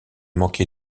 manqué